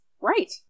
Right